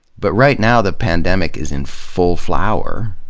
but right now the pandemic is in full flower,